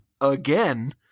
again